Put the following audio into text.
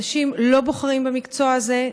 אנשים לא בוחרים במקצוע הזה.